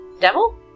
Devil